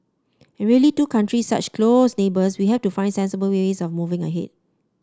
and really two countries such close neighbours we have to find sensible way ways of moving ahead